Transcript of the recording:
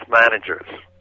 managers